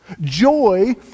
Joy